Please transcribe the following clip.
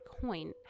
coin